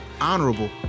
honorable